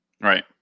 Right